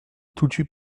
toutut